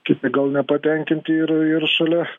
kiti gal nepatenkinti ir ir šalia